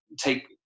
take